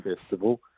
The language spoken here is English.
Festival